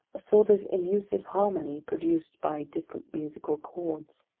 a sort of elusive harmony produced by distant musical chords.